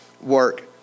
work